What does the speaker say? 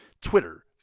Twitter